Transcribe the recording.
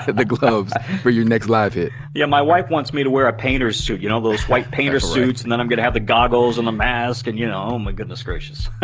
the gloves for your next live hit. yeah, my wife wants me to wear a painter's suit, you know, those white painter suits, and then i'm gonna have the goggles and the mask, and you know, oh my goodness, gracious.